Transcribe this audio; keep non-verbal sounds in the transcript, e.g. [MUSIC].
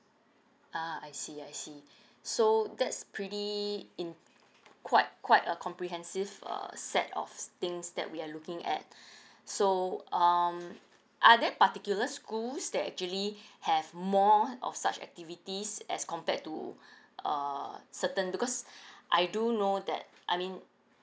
ah I see I see [BREATH] so that's pretty in quite quite a comprehensive uh set of things that we are looking at [BREATH] so um are there particular schools that actually [BREATH] have more of such activities as compared to [BREATH] err certain because [BREATH] I do know that I mean